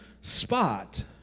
spot